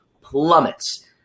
plummets